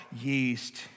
yeast